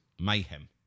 mayhem